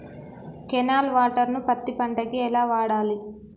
Canal water ను పత్తి పంట కి ఎలా వాడాలి?